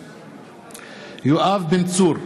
נגד יואב בן צור,